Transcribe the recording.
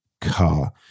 car